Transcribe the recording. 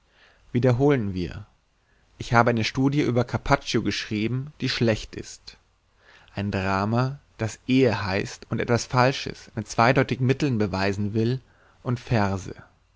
wiederholen wir ich habe eine studie über carpaccio geschrieben die schlecht ist ein drama das ehe heißt und etwas falsches mit zweideutigen mitteln beweisen will und verse